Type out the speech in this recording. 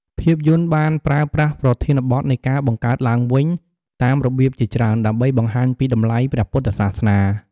ភាពយន្តបានប្រើប្រាស់ប្រធានបទនៃការបង្កើតឡើងវិញតាមរបៀបជាច្រើនដើម្បីបង្ហាញពីតម្លៃព្រះពុទ្ធសាសនា។